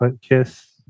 kiss